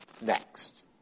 next